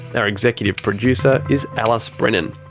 and our executive producer is alice brennan.